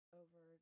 over